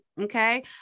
Okay